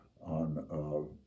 on